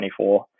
2024